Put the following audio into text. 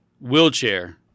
wheelchair